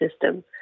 system